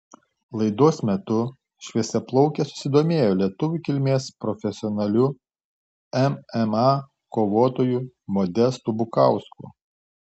laidos metu šviesiaplaukė susidomėjo lietuvių kilmės profesionaliu mma kovotoju modestu bukausku